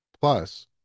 Plus